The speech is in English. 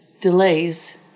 delays